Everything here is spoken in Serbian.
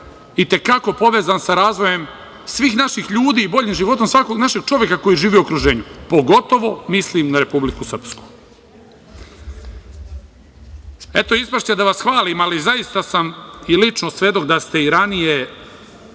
i te kako povezan sa razvojem svih naših ljudi, boljim životom svakog našeg čoveka koji živi u okruženju, pogotovo mislim na Republiku Srpsku. Eto, ispašće da vas hvalim, ali zaista sam i lično svedok da ste i ranije